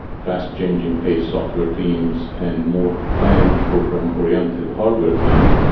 fast-changing pace software teams and more planned program-oriented hardware teams,